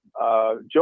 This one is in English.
Joe